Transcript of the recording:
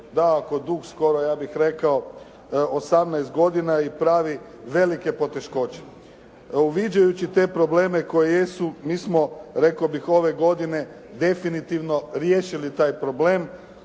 dakako dug skoro ja bih rekao 18 godina i pravi velike poteškoće. Uviđajući te probleme koji jesu, mi smo, rekao bih ove godine definitivno riješili taj problem